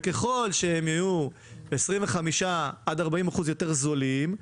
וככל שהם יהיו ב-25% עד 40% יותר זולים,